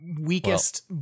weakest